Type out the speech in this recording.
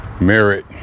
Merit